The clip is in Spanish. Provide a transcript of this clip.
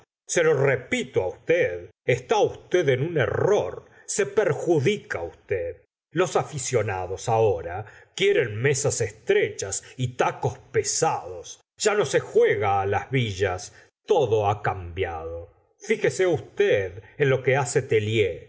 se lo repito á usted está vsted en un error se perjudica usted los aficionados ahora quieren mesas estrechas y tacos pesados ya no se juega las villas todo ha cambiado fíjese usted en lo que hace tellier la